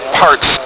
parts